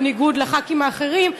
בניגוד לחברי הכנסת האחרים,